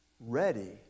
ready